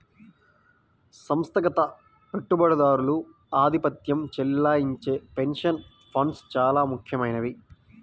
సంస్థాగత పెట్టుబడిదారులు ఆధిపత్యం చెలాయించే పెన్షన్ ఫండ్స్ చాలా ముఖ్యమైనవి